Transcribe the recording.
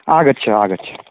आगच्छ आगच्छ